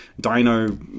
dino